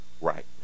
right